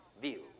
view